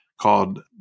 called